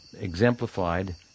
exemplified